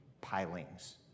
pilings